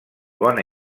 bona